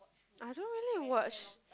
I don't really watch